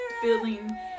feeling